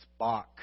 Spock